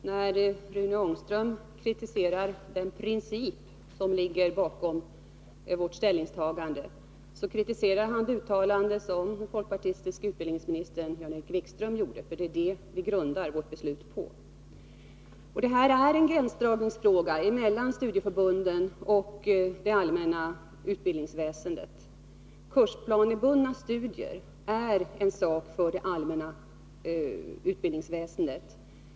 Fru talman! När Rune Ångström kritiserar den princip som ligger bakom vårt ställningstagande, kritiserar han det uttalande som den folkpartistiske utbildningsministern Jan-Erik Wikström gjorde. Det är nämligen det som vi grundar vårt beslut på. Det är här fråga om var man skall dra gränsen mellan studieförbunden och det allmänna utbildningsväsendet. Kursplanebundna studier är en angelägenhet för det allmänna utbildningsväsendet.